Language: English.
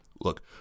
look